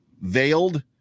veiled